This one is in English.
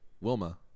Wilma